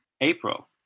April